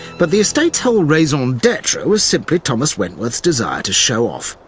but the estate's whole raison d'etre was simply thomas wentworth's desire to show off.